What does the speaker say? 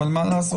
אבל מה לעשות,